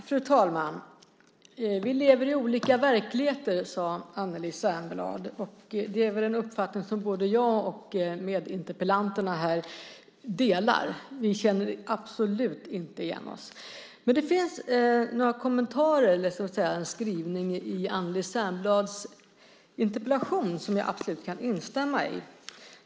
Fru talman! Vi lever i olika verkligheter, sade Anneli Särnblad. Det är en uppfattning som både jag och meddebattörerna delar. Vi känner absolut inte igen oss. Men det finns några kommentarer och en skrivning i Anneli Särnblads interpellation som jag absolut kan instämma i.